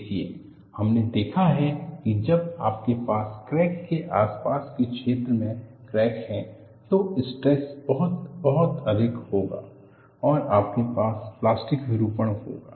देखिए हमनें देखा है कि जब आपके पास क्रैक के आसपास के क्षेत्र में क्रैक हैं तो स्ट्रेस बहुत बहुत अधिक होगा और आपके पास प्लास्टिक विरूपण होगा